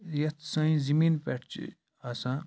یتھ سانہِ زٔمینہِ پٮ۪ٹھ چھِ آسان